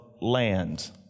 land